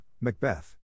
Macbeth